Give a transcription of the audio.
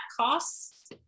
costs